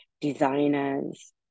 designers